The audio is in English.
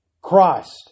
Christ